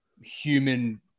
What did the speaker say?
human